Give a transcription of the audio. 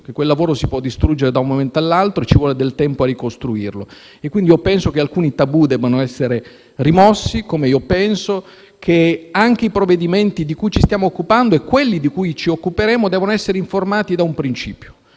che quel lavoro si può distruggere da un momento all'altro e che ci vuole del tempo a ricostruirlo e quindi penso che alcuni tabù debbano essere rimossi, come penso che i provvedimenti di cui ci stiamo occupando e di cui ci occuperemo debbano essere informati da un principio,